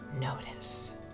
Notice